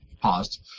Paused